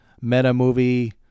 meta-movie